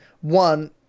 one